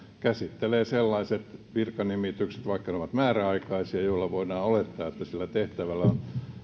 käsittelee sellaiset virkanimitykset vaikka ne ovat määräaikaisia jolloin voidaan olettaa että sillä tehtävällä on